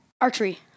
Archery